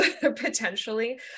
potentially